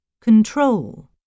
Control